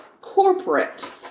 Corporate